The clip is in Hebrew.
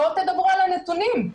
בואו תדברו על הנתונים.